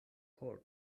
por